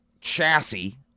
chassis